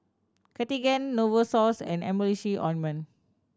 Cartigain Novosource and Emulsying Ointment